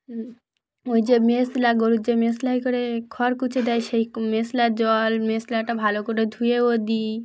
ওই যে মেশলা গরুর যে মেশলাই করে খড় কুচে দেয় সেই মেশলার জল মেশলাটা ভালো করে ধুয়েও দিই